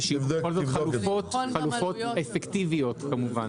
חלופות אפקטיביות כמובן.